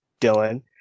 Dylan